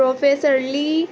professor lee